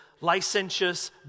licentious